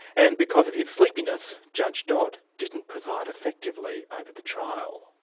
and because of his sleepiness, judge dodd didn't preside effectively over the trial.